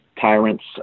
tyrants